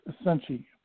essentially